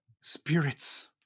spirits